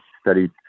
studied